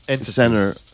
center